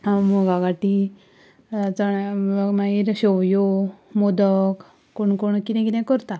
मुंगा खाटी चण्या मागीर शेव्यो मोदक कोण कोण कितें कितें करता